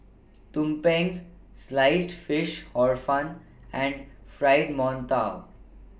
Tumpeng Sliced Fish Hor Fun and Fried mantou